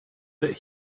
that